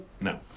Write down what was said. No